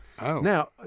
Now